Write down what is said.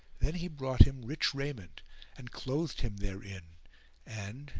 then he brought him rich raiment and clothed him therein and,